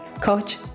coach